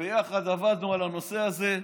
וביחד עבדנו על הנושא הזה,